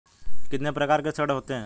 कितने प्रकार के ऋण होते हैं?